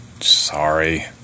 Sorry